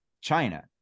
China